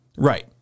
Right